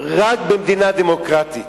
רק במדינה דמוקרטית.